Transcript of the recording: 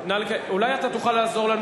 אולי אתה תוכל לעזור לנו,